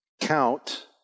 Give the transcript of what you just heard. Count